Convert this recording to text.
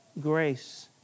grace